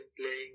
playing